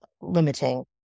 limiting